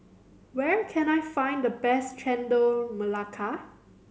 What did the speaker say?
where can I find the best Chendol Melaka